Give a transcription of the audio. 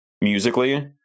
musically